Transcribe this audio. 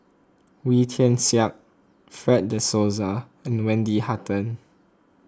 Wee Tian Siak Fred De Souza and Wendy Hutton